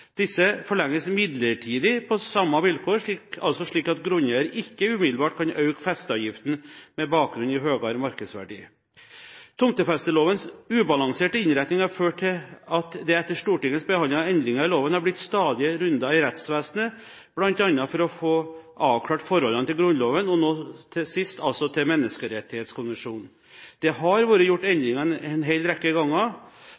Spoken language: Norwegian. Disse forlenges midlertidig på samme vilkår, altså slik at grunneier ikke umiddelbart kan øke festeavgiften med bakgrunn i høyere markedsverdi. Tomtefestelovens ubalanserte innretning har ført til at det etter Stortingets behandling av endringer i loven har blitt stadige runder i rettsvesenet, bl.a. for å få avklart forholdene til Grunnloven og nå, sist, til Menneskerettskonvensjonen. Det har vært gjort